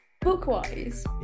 book-wise